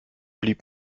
blieb